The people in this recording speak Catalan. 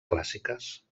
clàssiques